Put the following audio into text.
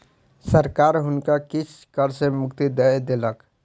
सरकार हुनका किछ कर सॅ मुक्ति दय देलक